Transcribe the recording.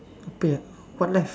apa yang what left